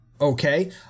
okay